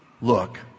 Look